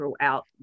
throughout